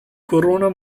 corona